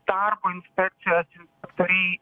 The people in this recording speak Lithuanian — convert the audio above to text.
darbo inspekcijos inspektoriai